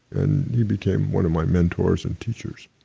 and he became one of my mentors and teachers,